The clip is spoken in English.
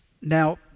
Now